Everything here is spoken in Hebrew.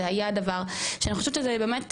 זה היה דבר, שאני חושבת שזה באמת.